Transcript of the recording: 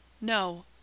No